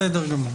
בסדר גמור.